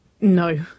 No